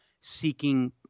seeking